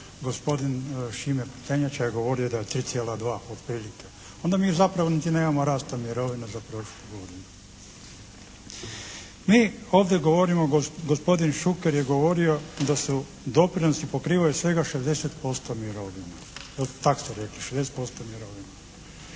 gospodin Šime Prtenjača je govorio da je 3,2 otprilike, onda mi zapravo niti nemamo rasta mirovina za prošlu godinu. Mi ovdje govorimo, gospodin Šuker je govorio da su, doprinosi pokrivaju svega 60% mirovina. Tako ste rekli, 60% mirovina.